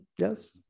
yes